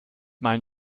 meine